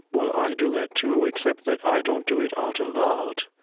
well, i do that, too, except that i don't do it out loud.